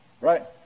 right